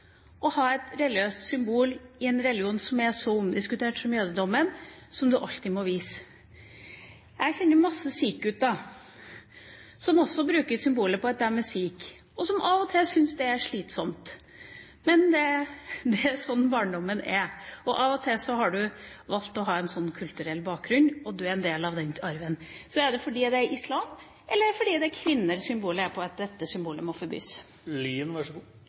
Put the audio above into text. å ha et symbol for en religion som er så omdiskutert som jødedommen, som de alltid må vise. Jeg kjenner mange sikh-gutter, som også bruker symbolet på at de er sikher, og som av og til syns det er slitsomt. Men det er slik barndommen er, og av og til har en valgt å ha en slik kulturell bakgrunn, og en er en del av den arven. Så: Er det fordi det er et symbol for islam, eller er det fordi det er kvinner som bærer dette symbolet, at dette symbolet må forbys?